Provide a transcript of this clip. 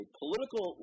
political